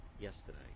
yesterday